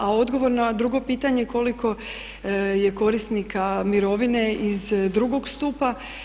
A odgovor na drugo pitanje koliko je korisnika mirovine iz drugog stupa.